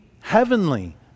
heavenly